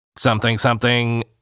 Something-something